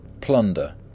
Plunder